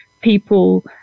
people